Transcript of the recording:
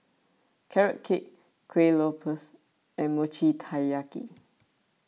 Carrot Cake Kueh Lopes and Mochi Taiyaki